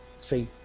See